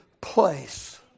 place